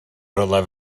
rywle